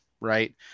Right